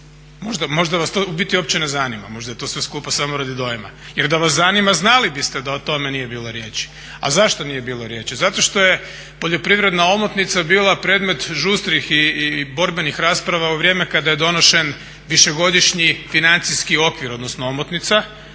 Možda vas to u biti uopće ne zanima, možda je to sve skupa samo radi dojma. Jer da vas zanima znali biste da o tome nije bilo riječi. A zašto nije bilo riječi? Zato što je poljoprivredna omotnica bila predmet žustrih i borbenih rasprava u vrijeme kada je donošen višegodišnji financijski okvir, odnosno omotnica.